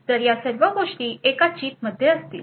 तर या सर्व गोष्टी एकाच चिपमध्ये असतील